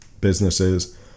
businesses